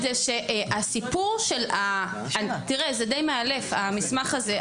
זה די מאלף המסמך הזה,